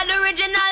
original